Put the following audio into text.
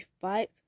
fight